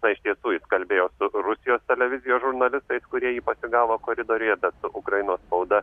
na iš tiesų jis kalbėjo su rusijos televizijos žurnalistais kurie jį pasigavo koridoriuje bet su ukrainos spauda